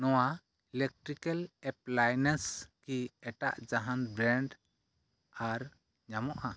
ᱱᱚᱣᱟ electrical appliances ᱠᱤ ᱮᱴᱟᱜ ᱡᱟᱦᱟᱱ ᱵᱨᱮᱱᱰ ᱟᱨᱚ ᱧᱟᱢᱚᱜᱼᱟ